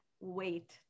wait